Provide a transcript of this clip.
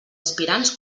aspirants